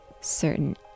certain